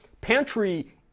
pantry